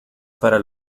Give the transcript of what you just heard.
para